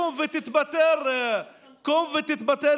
קום ותתפטר.